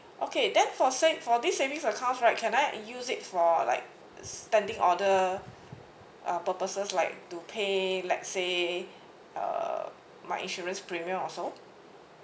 okay then for save for this savings account right can I use it for like spending order uh purposes like to pay let's say uh my insurance premium also